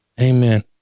amen